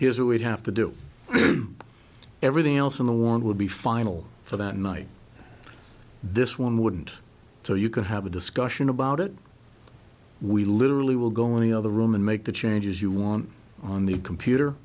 here's a way to have to do everything else in the want would be final for that night this one wouldn't so you could have a discussion about it we literally will go on the other room and make the changes you want on the computer